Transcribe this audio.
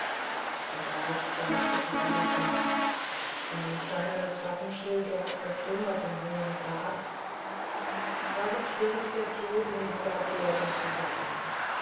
der graf wankte verblutend sein steinernes wappenschild lag zertrümmert im hohen gras dort stürzt er tot neben gabrielen zusammen